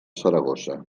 saragossa